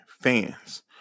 fans